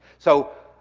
so,